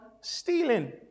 stealing